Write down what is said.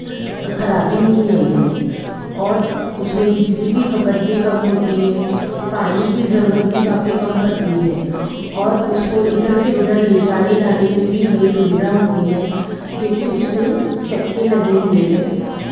खराबी नहीं आई है और उसमें बिजली की खपत भी कम होती है पानी की ज़रूरत भी काफ़ी कम पड़ती है और उसको इधर से उधर ले जाने लाने में भी हमें सुविधा होती है क्योंकि उसमें चक्के लगे हुए हैं